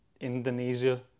indonesia